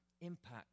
impact